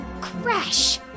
Crash